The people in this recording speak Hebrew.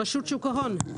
רשות שוק ההון.